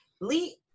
Lee